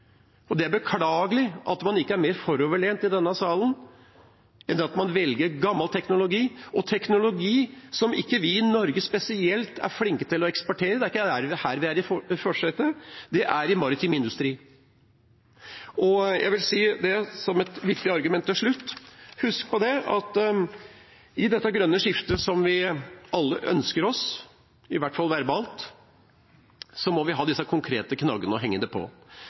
Det er beklagelig at man ikke er mer framoverlent i denne salen enn at man velger gammel teknologi og teknologi som ikke vi i Norge, spesielt, er flinke til å eksportere – det er ikke her vi er i førersetet, det er i maritim industri. Jeg vil si, som et viktig argument til slutt: Husk på at i dette grønne skiftet som vi alle ønsker oss, i hvert fall verbalt, må vi ha disse konkrete knaggene å henge det på.